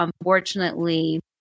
unfortunately